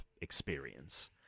experience